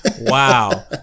wow